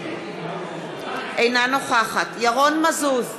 אינה נוכחת ירון מזוז,